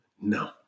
No